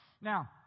Now